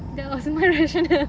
that was my rationale